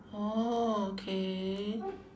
orh okay